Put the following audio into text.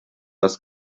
das